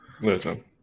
Listen